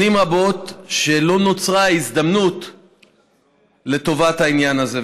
שנים רבות שלא נוצרה הזדמנות לטובת העניין הזה.